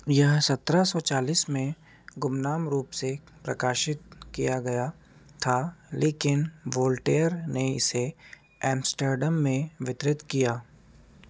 यह सतरह सौ चालीस में गुमनाम रूप से प्रकाशित किया गया था लेकिन वोल्टेयर ने इसे एम्स्टर्डम में वितरित किया